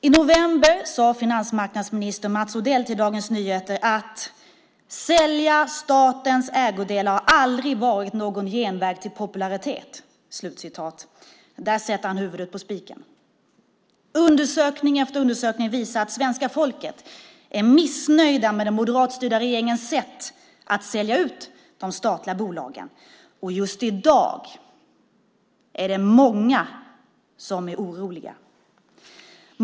I november sade finansmarknadsminister Mats Odell till Dagens Nyheter: "Att sälja statens ägodelar har aldrig varit någon genväg till popularitet." Där slår han huvudet på spiken. Undersökning efter undersökning visar att svenska folket är missnöjt med den moderatstyrda regeringens sätt att sälja ut de statliga bolagen. Och just i dag är det många som är oroliga.